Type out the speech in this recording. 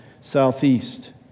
southeast